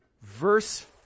verse